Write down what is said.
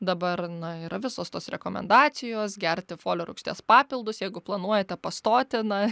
dabar na yra visos tos rekomendacijos gerti folio rūgšties papildus jeigu planuojate pastoti na